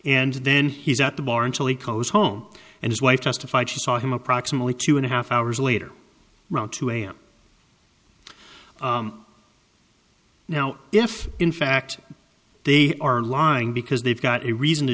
and then he's at the bar until he calls home and his wife testified she saw him approximately two and a half hours later around two am now if in fact they are lying because they've got a reason to